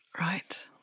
Right